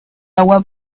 agua